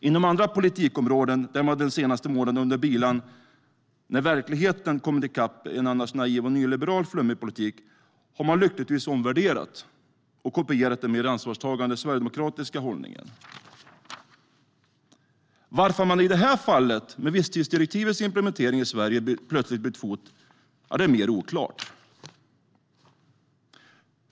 Inom andra politikområden, där man den senaste månaden under bilan när verkligheten kommer i kapp i en annars naiv och nyliberal, flummig politik, har man lyckligtvis omvärderat och kopierat den mer ansvarstagande sverigedemokratiska hållningen. Varför man i det här fallet, med visstidsdirektivets implementering i Sverige, plötsligt har bytt fot är mer oklart.